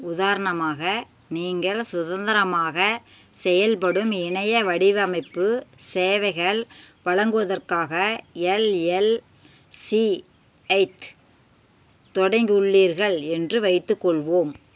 உதாரணமாக நீங்கள் சுதந்திரமாக செயல்படும் இணைய வடிவமைப்பு சேவைகள் வழங்குவதற்காக எல்எல்சிஐத் தொடங்கி உள்ளீர்கள் என்று வைத்துக்கொள்வோம்